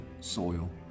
soil